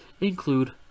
include